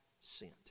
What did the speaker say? sent